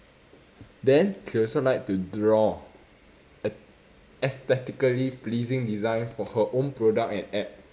then she also like to draw ae~ aesthetically pleasing design for her own product and app